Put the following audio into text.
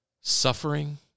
suffering